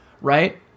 Right